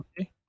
Okay